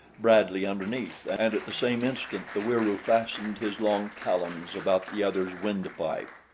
bradley underneath, and at the same instant the wieroo fastened his long talons about the other's windpipe.